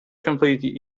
completely